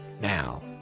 now